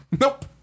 Nope